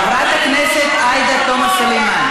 חברת הכנסת עאידה תומא סלימאן.